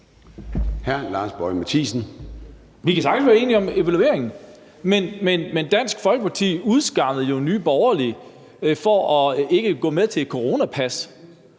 Vi kan sagtens være enige om evalueringen, men Dansk Folkeparti udskammede jo Nye Borgerlige for ikke at gå med til et coronapas.